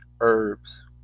herbs